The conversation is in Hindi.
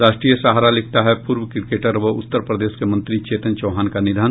राष्ट्रीय सहारा लिखता है पूर्व क्रिकेटर व उत्तर प्रदेश के मंत्री चेतन चौहान का निधन